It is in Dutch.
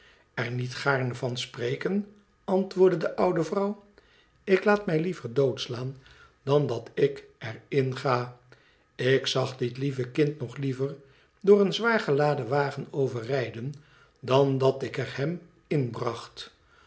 r niet gaarne van spreken antwoordde de oude vrouw ik laat mij liever doodslaan dan dat ik er in ga ik zag dit lieve kind nog liever door een zwaar geladen wagen overrijden dan dat ik er hem